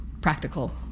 practical